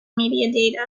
media